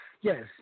Yes